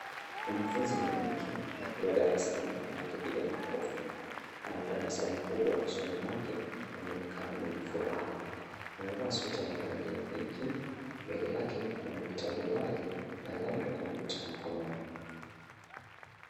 Mwanafunzi mwanamke akiwa darasani akipiga makofi anatabasamu kubwa usoni mwake na unaonekana mwenye furaha. Amevaa sweta ya rangi ya pinki mbele yake kuna vitabu wazi na labda kompyuta mkononi.